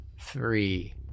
Three